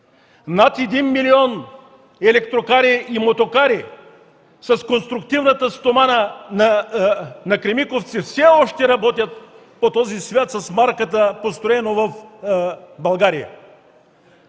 Над 1 млн. електрокари и мотокари с конструктивната стомана на „Кремиковци” все още работят по този свят с марката „построено в България”.